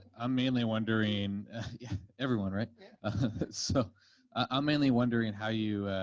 i'm mainly wondering everyone, right so i'm mainly wondering and how you